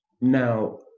Now